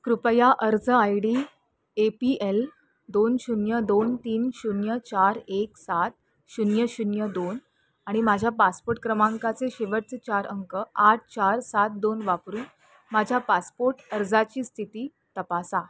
कृपया अर्ज I D A P L दोन शून्य दोन तीन शून्य चार एक सात शून्य शून्य दोन आणि माझ्या पासपोर्ट क्रमांकाचे शेवटचे चार अंक आठ चार सात दोन वापरून माझ्या पासपोर्ट अर्जाची स्थिती तपासा